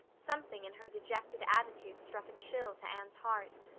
something in her dejected attitude struck a chill to anne's heart.